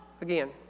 Again